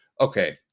okay